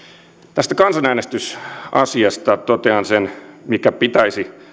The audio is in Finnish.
tästä kansanäänestysasiasta totean sen minkä pitäisi